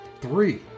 Three